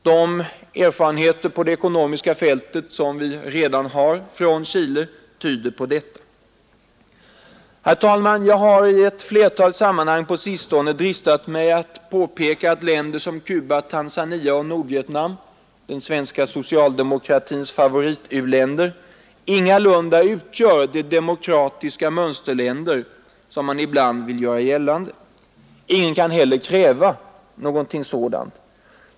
De erfarenheter på det ekonomiska fältet som vi redan har från Chile tyder på detta. Herr talman! Jag har i ett flertal sammanhang på sistone dristat mig att påpeka att länder som Cuba, Tanzania och Nordvietnam, den svenska socialdemokratins favorit-u-länder, ingalunda utgör de demokratiska mönsterländer som man ibland vill göra gällande. Ingen kan heller kräva något sådant.